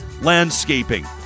Landscaping